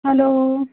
hello